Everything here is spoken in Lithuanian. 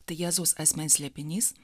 tai jėzaus asmens slėpinys